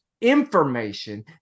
information